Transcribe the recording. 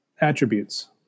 attributes